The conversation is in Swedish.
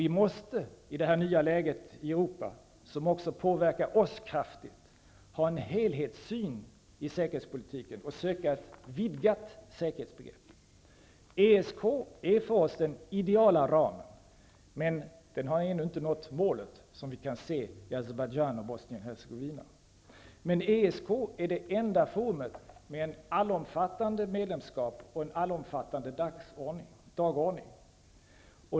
Vi måste i det nya läget i Europa, som också påverkar oss kraftigt, ha en helhetssyn i säkerhetspolitiken och söka ett vidgat säkerhetsbegrepp. ESK är för oss den ideala ramen, men den har ännu inte nått målet, vilket vi kan se i Azerbajdzjan och Bosnien-Hercegovina. Men ESK är det enda forumet med allomfattande medlemskap och allomfattande dagordning.